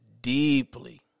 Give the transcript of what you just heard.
deeply